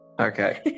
okay